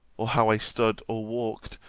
or how i stood or walked,